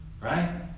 right